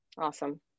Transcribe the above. awesome